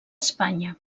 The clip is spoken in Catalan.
espanya